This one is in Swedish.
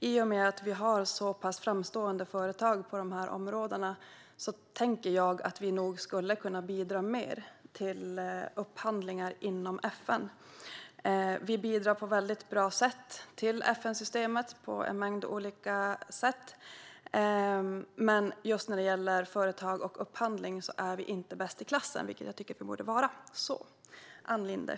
I och med att vi har så pass framstående företag på de här områdena tänker jag att vi nog skulle kunna bidra mer till upphandlingar inom FN. Vi bidrar väldigt bra till FN-systemet på en mängd olika sätt, men just när det gäller företag och upphandling är vi inte bäst i klassen - vilket jag tycker att vi borde vara.